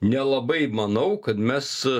nelabai manau kad mes